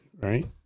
Right